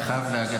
אני חייב להגיד,